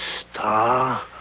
Star